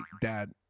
Dad